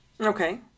Okay